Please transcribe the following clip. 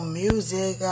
music